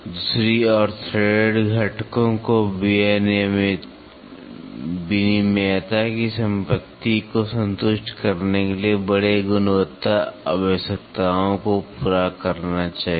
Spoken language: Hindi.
दूसरी ओर थ्रेडेड घटकों को विनिमेयता की संपत्ति को संतुष्ट करने के लिए कड़े गुणवत्ता आवश्यकताओं को पूरा करना चाहिए